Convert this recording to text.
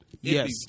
Yes